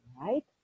right